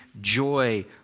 joy